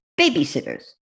babysitters